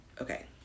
okay